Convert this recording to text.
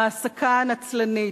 ההעסקה הנצלנית,